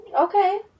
Okay